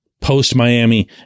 post-Miami